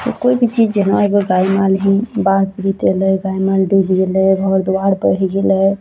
कोइ भी चीज जेना अइबेर बाढ़ पिड़ित अयलइ डुबि गेलय घर दुआरि बहि गेलय